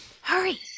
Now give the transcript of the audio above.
Hurry